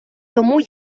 тому